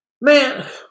Man